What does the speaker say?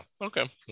Okay